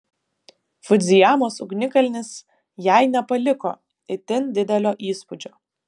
fudzijamos ugnikalnis jai nepaliko itin didelio įspūdžio